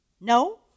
No